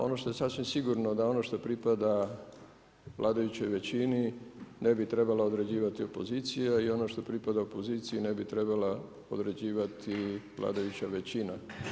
Ono što je sasvim sigurno da ono što pripada vladajućoj većini ne bi trebala određivati opozicija i ono što pripada opoziciji ne bi trebala određivati vladajuća većina.